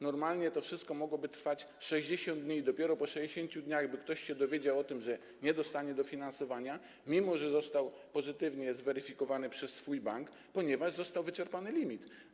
Normalnie to wszystko mogłoby trwać 60 dni i dopiero po 60 dniach, ktoś by się dowiedział o tym, że nie dostanie dofinansowania, mimo że został pozytywnie zweryfikowany przez swój bank, ponieważ został wyczerpany limit.